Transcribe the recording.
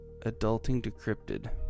adultingdecrypted